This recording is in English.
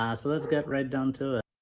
ah so let's get right down to it.